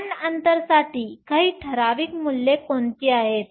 band अंतरसाठी काही ठराविक मूल्ये कोणती आहेत